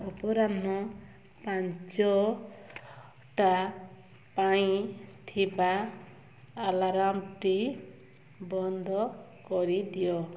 ଅପରାହ୍ନ ପାଞ୍ଚଟା ପାଇଁ ଥିବା ଆଲାର୍ମଟି ବନ୍ଦ କରିଦିଅ